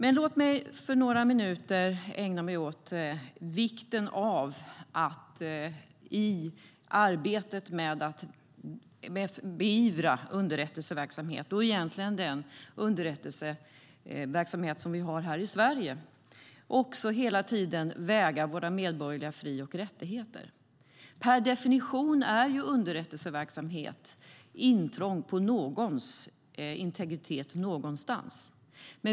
Men låt mig för några minuter ägna mig åt vikten av att i arbetet med att beivra underrättelseverksamhet, egentligen den underrättelseverksamhet som vi har här i Sverige, också hela tiden väga in våra medborgerliga fri och rättigheter. Per definition är ju underrättelseverksamhet intrång i någons integritet någonstans.